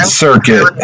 circuit